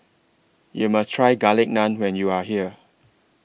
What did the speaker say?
YOU must Try Garlic Naan when YOU Are here